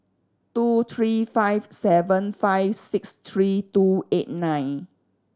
two three five seven five six three two eight nine